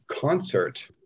concert